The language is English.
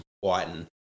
Whiten